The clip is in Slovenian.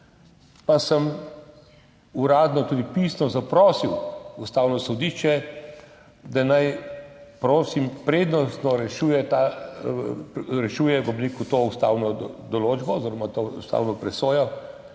pa sem uradno, tudi pisno zaprosil Ustavno sodišče, da naj, prosim, prednostno rešuje to ustavno določbo oziroma to ustavno presojo,